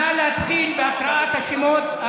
נא להתחיל בהקראת השמות.